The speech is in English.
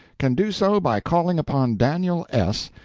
can do so by calling upon daniel s,